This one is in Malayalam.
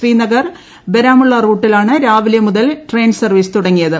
ശ്രീനഗർ ബൂരാമുള്ള റൂട്ടിലാണ് രാവിലെ മുതൽ ട്രെയിൻ സർവ്വീസ് തുടങ്ങിയ്ത്